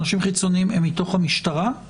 מתוך המשטרה?